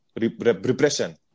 repression